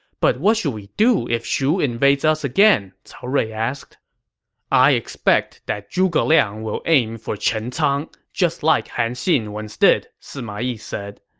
but what should we do if shu invades us again? cao rui asked i expect that zhuge liang will aim for chencang, just just like han xin once did, sima yi said.